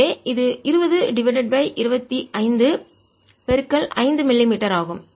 எனவே இது 20 divided by 25 5 mm ஆகும்